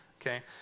Okay